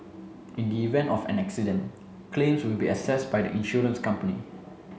in the event of an accident claims will be assessed by the insurance company